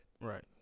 Right